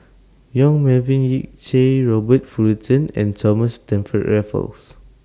Yong Melvin Yik Chye Robert Fullerton and Thomas Stamford Raffles